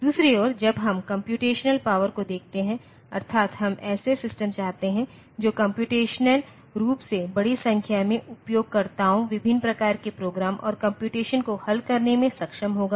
दूसरी ओर जब हम कम्प्यूटेशनल पावर को देखते हैं अर्थात् हम ऐसे सिस्टम चाहते हैं जो कम्प्यूटेशनल रूप से बड़ी संख्या में उपयोगकर्ताओं विभिन्न प्रकार के प्रोग्राम और कम्प्यूटेशन को हल करने में सक्षम होगा